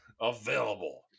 available